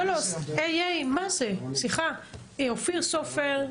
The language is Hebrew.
אופיר סופר,